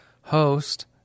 host